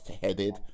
headed